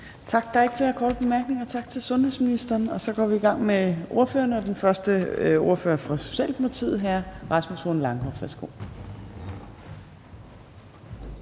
Torp): Der er ikke flere korte bemærkninger. Tak til sundhedsministeren. Så går vi i gang med ordførerne, og den første ordfører er fra Socialdemokratiet, hr. Rasmus Horn Langhoff.